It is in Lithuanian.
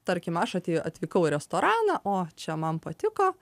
tarkim aš atė atvykau į restoraną o čia man patiko